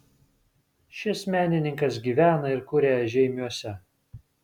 šis menininkas gyvena ir kuria žeimiuose